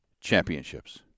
championships